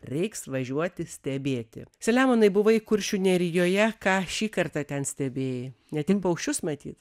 reiks važiuoti stebėti selemonai buvai kuršių nerijoje ką šį kartą ten stebėjai ne tik paukščius matyt